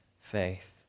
faith